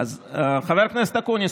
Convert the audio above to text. חבר הכנסת אקוניס,